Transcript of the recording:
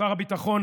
שר הביטחון,